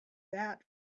that